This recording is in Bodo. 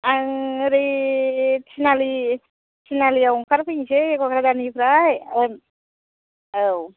आं ओरै थिनालि थिनालियाव ओंखारफैनोसै क'क्राझारनिफ्राय ओं औ